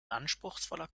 anspruchsvoller